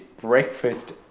breakfast